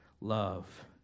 love